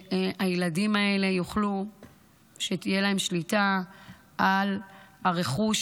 שהילדים האלה יוכלו שתהיה להם שליטה על הרכוש.